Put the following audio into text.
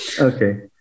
Okay